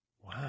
Wow